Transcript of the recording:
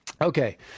Okay